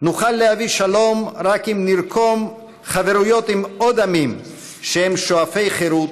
נוכל להביא שלום רק אם נרקום חברויות עם עוד עמים שהם שואפי חירות,